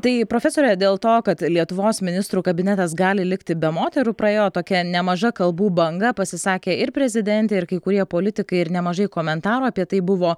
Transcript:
tai profesore dėl to kad lietuvos ministrų kabinetas gali likti be moterų praėjo tokia nemaža kalbų banga pasisakė ir prezidentė ir kai kurie politikai ir nemažai komentarų apie tai buvo